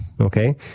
Okay